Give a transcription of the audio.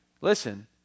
listen